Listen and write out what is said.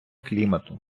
клімату